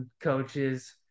coaches